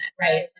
right